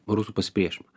rusų pasipriešinimą